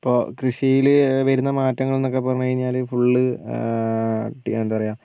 ഇപ്പോൾ കൃഷിയിൽ വരുന്ന മാറ്റങ്ങൾ എന്നൊക്കെ പറഞ്ഞുകഴിഞ്ഞാൽ ഫുൾ ടി എന്താണ് പറയുക